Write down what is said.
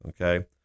okay